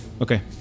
Okay